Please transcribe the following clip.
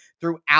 throughout